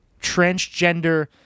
transgender